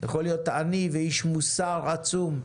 יכול להיות עני ואיש מוסר עצום,